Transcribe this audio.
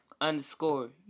underscore